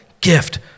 gift